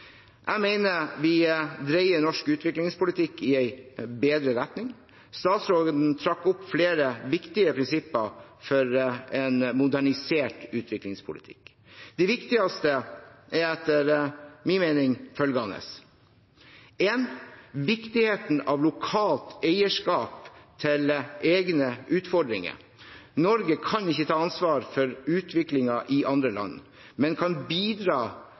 Jeg mener vi dreier norsk utviklingspolitikk i en bedre retning. Statsråden trakk opp flere viktige prinsipper for en modernisert utviklingspolitikk. De viktigste er etter min mening følgende: Viktigheten av lokalt eierskap til egne utfordringer. Norge kan ikke ta ansvaret for utviklingen i andre land, men kan bidra